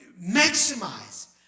maximize